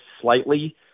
slightly